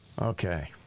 Okay